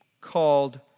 called